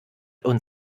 und